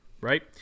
right